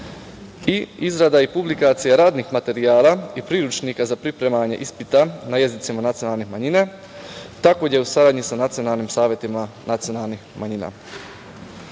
i izrada publikacija radnih materijala i priručnika za pripremanje ispita na jezicima nacionalnih manjina, takođe u saradnji sa nacionalnim savetima nacionalnih manjina.S